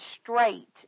straight